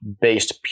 based